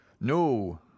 No